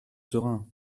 serein